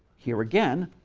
here again,